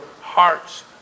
heart's